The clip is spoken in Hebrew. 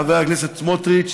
חבר הכנסת סמוטריץ,